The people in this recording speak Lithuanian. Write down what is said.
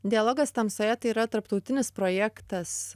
dialogas tamsoje tai yra tarptautinis projektas